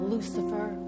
Lucifer